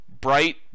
bright